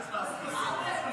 מה, לא היית?